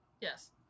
Yes